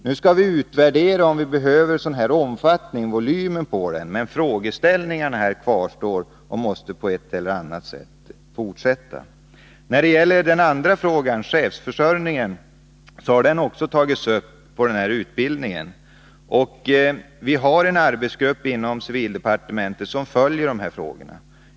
Nu skall vi utvärdera vilken volym den utbildningen behöver ha, men frågeställningarna kvarstår och behandlingen av dem måste på ett eller annat sätt fortsätta. Den andra frågan, chefsförsörjningen, har också tagits upp i den här utbildningen. Vi har en arbetsgrupp inom civildepartementet som följer dessa frågor.